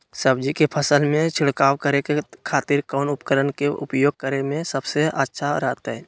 सब्जी के फसल में छिड़काव करे के खातिर कौन उपकरण के उपयोग करें में सबसे अच्छा रहतय?